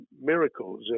miracles